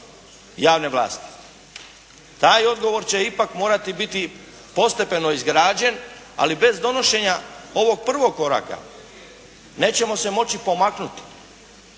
javne vlasti. Taj odgovor će ipak morati biti postepeno izgrađen ali bez donošenja ovog prvog koraka nećemo se moći pomaknuti.